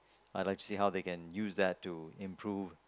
I like to see how they can use that to improve